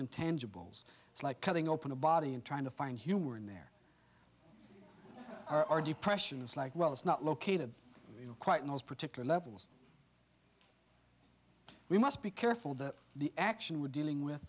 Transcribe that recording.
intangibles it's like cutting open a body and trying to find humor in there are depression is like well it's not located in quite in those particular levels we must be careful that the action we're dealing with